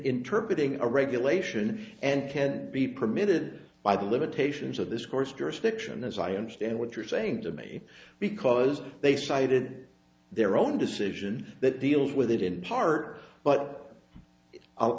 interpreting a regulation and can be permitted by the limitations of this course jurisdiction as i understand what you're saying to me because they cited their own decision that deals with it in part but i